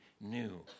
new